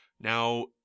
Now